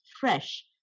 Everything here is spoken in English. fresh